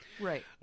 Right